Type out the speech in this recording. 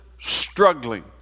Struggling